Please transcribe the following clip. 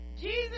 Jesus